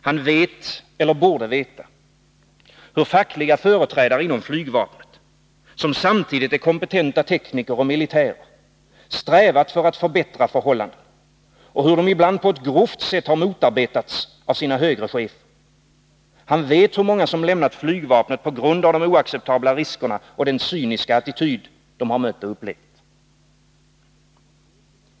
Han vet eller borde veta hur fackliga företrädare inom flygvapnet, som samtidigt är kompetenta tekniker och militärer, strävat för att förbättra förhållandena, och hur de ibland på ett grovt sätt motarbetats av sina högre chefer. Han vet hur många som lämnat flygvapnet på grund av de oacceptabla riskerna och den cyniska attityd de har mött och upplevt.